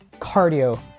cardio